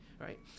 right